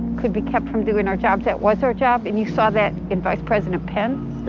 could be kept from doing our jobs. that was our job and you saw that in vice president pence.